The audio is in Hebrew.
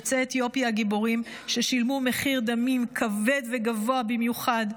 יוצאי אתיופיה הגיבורים שילמו מחיר דמים כבד וגבוה במיוחד: